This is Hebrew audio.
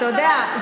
אתה יודע,